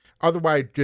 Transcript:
otherwise